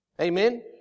Amen